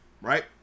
Right